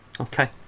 Okay